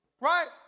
Right